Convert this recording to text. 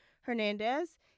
hernandez